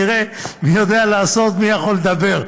נראה מי יודע לעשות, מי יכול לדבר,